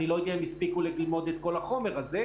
אני לא יודע אם הספיקו ללמוד את כל החומר הזה.